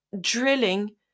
drilling